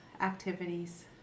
activities